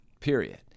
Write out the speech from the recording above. period